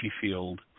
field